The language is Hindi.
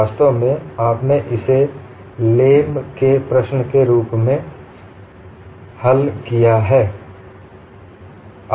वास्तव में आपने इसे लेम Lamė's problem के प्रश्न के रूप में Lamė's problem हल किया है